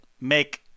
make –